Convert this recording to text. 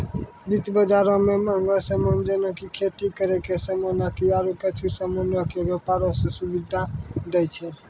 वित्त बजारो मे मंहगो समान जेना कि खेती करै के समान आकि आरु कुछु समानो के व्यपारो के सुविधा दै छै